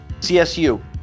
CSU